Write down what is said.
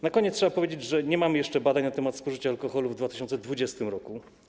Na koniec trzeba powiedzieć, że nie mamy jeszcze badań na temat spożycia alkoholu w 2020 r.